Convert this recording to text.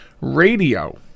Radio